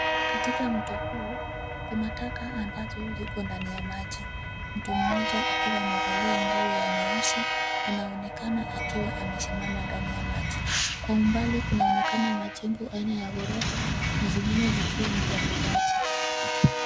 Katika mto huu, kuna taka ambazo ziko ndani ya maji. Mtu mmoja akiwa amevalia nguo ya nyeusi anaonekana akiwa amesimama ndani ya maji. Kwa umbali kunaonekana majengo aina ya ghorofa na zingine zikiwa ni za mabati.